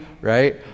right